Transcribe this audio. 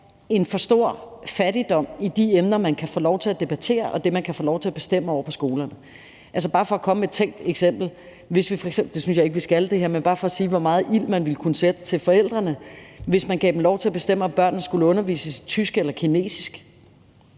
en for stor fattigdom i de emner, man kan få lov til at debattere, og det, man kan få lov til at bestemme over på skolerne. Altså, bare for at komme med et tænkt eksempel, og jeg synes ikke, at vi skal det, men det er bare for at sige, hvor meget ild man ville kunne sætte til forældrene: hvis man gav dem lov til at bestemme, om børnene skulle undervises i tysk eller kinesisk,